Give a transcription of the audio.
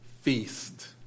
feast